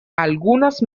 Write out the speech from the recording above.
algunas